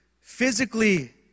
physically